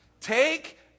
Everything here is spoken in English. Take